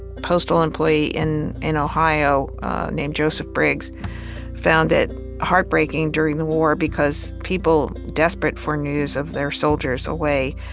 postal employee in in ohio named joseph briggs found it heartbreaking during the war because people desperate for news of their soldiers away,